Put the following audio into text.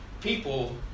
people